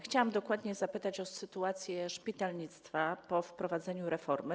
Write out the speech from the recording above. Chciałam dokładnie zapytać o sytuację szpitalnictwa po wprowadzeniu reformy.